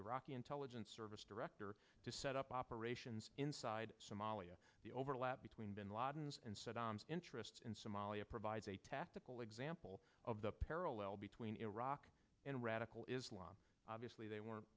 iraqi intelligence service director to set up operations inside somalia the overlap between bin laden's and saddam's interests in somalia provides a tactical example of the parallel between iraq and radical islam obviously they were